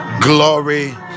glory